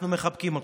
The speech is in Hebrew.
אנחנו מחבקים אתכם.